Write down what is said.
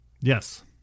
Yes